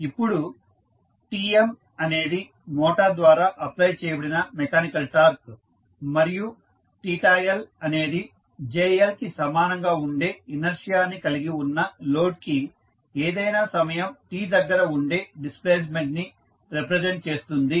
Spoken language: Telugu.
ఇప్పుడు Tm అనేది మోటార్ ద్వారా అప్ప్లై చేయబడిన మెకానికల్ టార్క్ మరియు L అనేది JLకి సమానంగా ఉండే ఇనర్షియా ని కలిగి ఉన్న లోడ్ కి ఏదైనా సమయం t దగ్గర ఉండే డిస్ప్లేస్మెంట్ ని రిప్రజెంట్ చేస్తుంది